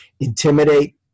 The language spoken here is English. intimidate